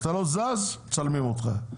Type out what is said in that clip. את לא זז מצלמים אותך.